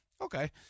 Okay